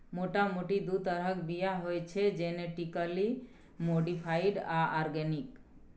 मोटा मोटी दु तरहक बीया होइ छै जेनेटिकली मोडीफाइड आ आर्गेनिक